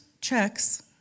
checks